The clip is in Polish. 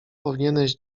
powinieneś